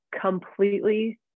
completely